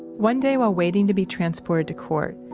one day while waiting to be transported to court,